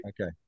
Okay